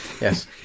Yes